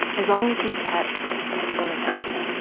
as long as he kept showing up